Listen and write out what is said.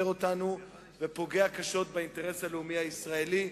ופוגע קשות באינטרס הלאומי הישראלי.